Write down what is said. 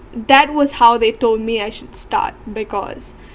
that was how they told me I should start because